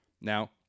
now